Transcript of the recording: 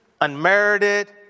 unmerited